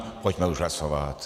Pojďme už hlasovat.